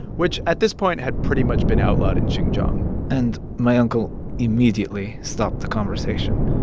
which, at this point, had pretty much been outlawed in xinjiang and my uncle immediately stopped the conversation.